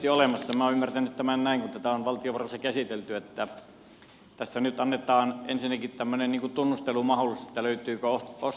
minä olen ymmärtänyt tämän näin kun tätä on valtiovarainvaliokunnassa käsitelty että tässä nyt annetaan ensinnäkin tämmöinen tunnustelumahdollisuus että löytyykö ostajaehdokkaita